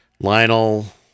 Lionel